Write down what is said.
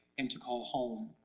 and to call home.